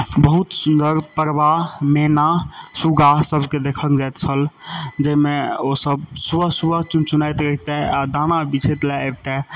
बहुत सुन्दर परवा मेना सुगा सबके देखल जाइत छल जाहिमे ओ सब सुबह सुबह चुन चुनाइत रहितए आ दाना बिछै लए अबितए